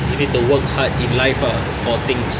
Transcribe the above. you need to work hard in life ah for things